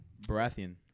Baratheon